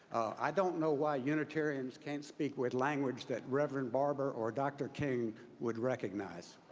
i don't know why unitarians can't speak with language that reverend barber or dr. king would recognize.